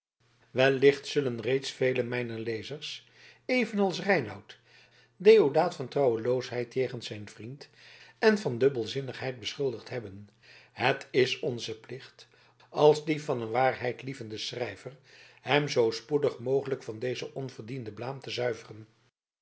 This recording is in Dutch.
wellicht zullen reeds velen mijner lezers evenals reinout deodaat van trouweloosheid jegens zijn vriend en van dubbelzinnigheid beschuldigd hebben het is onze plicht als die van een waarheidlievenden schrijver hem zoo spoedig mogelijk van dezen onverdienden blaam te zuiveren